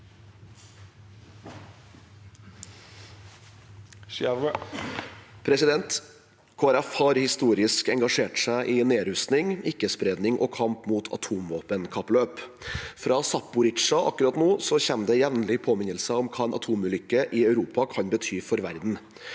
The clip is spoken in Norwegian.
keparti har historisk engasjert seg i nedrustning, ikkespredning og kamp mot atomvåpenkappløp. Fra Zaporizjzja kommer det akkurat nå jevnlig påminnelser om hva en atomulykke i Europa kan bety for verden.